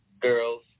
girls